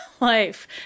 life